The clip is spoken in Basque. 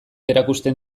erakusten